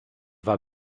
war